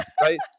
right